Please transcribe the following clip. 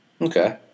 Okay